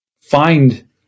find